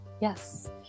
yes